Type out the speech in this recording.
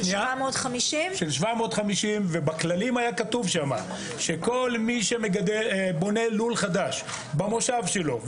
של 750. בכללים היה כתוב שכל מי שבונה לול חדש במושב שלו,